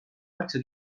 märksa